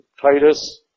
Titus